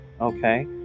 okay